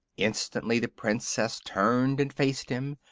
instantly the princess turned and faced him,